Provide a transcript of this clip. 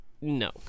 no